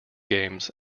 games